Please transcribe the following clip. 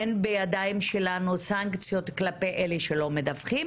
אין בידינו סנקציות כלפי אלה שלא מדווחים